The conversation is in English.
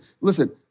listen